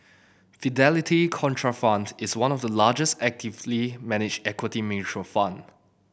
Fidelity Contrafund is one of the largest actively managed equity mutual fund